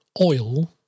oil